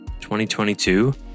2022